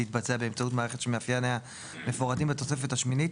תתבצע באמצעות מערכת שמאפייניה מפורטים בתוספת השמינית,